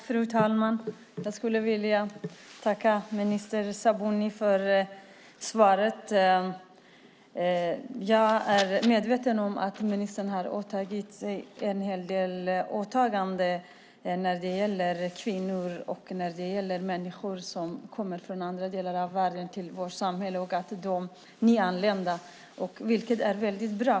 Fru talman! Jag skulle vilja tacka minister Sabuni för svaret. Jag är medveten om att ministern har gjort en hel del åtaganden när det gäller kvinnor, människor som kommer från andra delar av världen och nyanlända, vilket är väldigt bra.